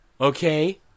Okay